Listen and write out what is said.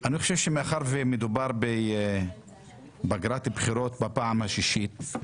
אני חושב שמאחר ומדובר בפגרת בחירות בפעם השישית,